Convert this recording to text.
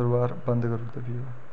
दरबार बंद करी उड़दे फ्ही ओह्